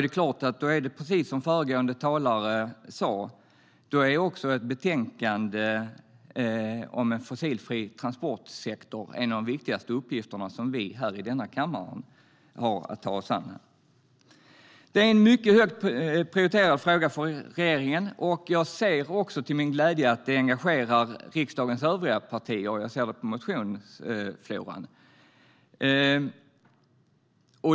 Det är precis som föregående talare sa, att frågan om en fossilfri transportsektor är en av de viktigaste uppgifterna som vi här i denna kammare har att ta oss an. Det är en mycket högt prioriterad fråga för regeringen, och jag ser till min glädje att det också engagerar riksdagens övriga partier. Jag ser det på motionsfloran.